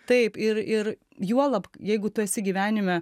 taip ir ir juolab jeigu tu esi gyvenime